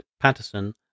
Patterson